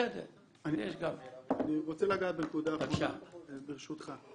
אני רוצה לגעת בנקודה נוספת ברשותך.